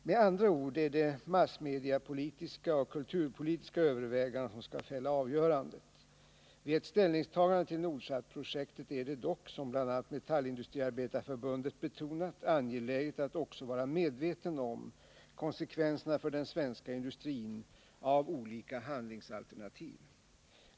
Med andra ord är det massmediepolitiska och kulturpolitiska överväganden som skall fälla avgörandet. Vid ett ställningstagande till Nordsatprojektet är det dock, som bl.a. Metallindustriarbetareförbundet betonat, angeläget att också vara medveten om konsekvenserna för den svenska industrin av olika handlingsalternativ.